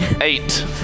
Eight